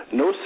no